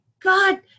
god